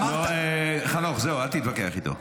לא, אמרת --- חנוך, זהו, אל תתווכח איתו.